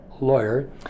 lawyer